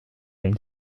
une